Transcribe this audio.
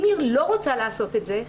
אם היא לא רוצה לעשות את זה,